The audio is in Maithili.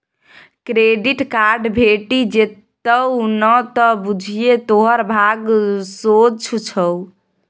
क्रेडिट कार्ड भेटि जेतउ न त बुझिये तोहर भाग सोझ छौ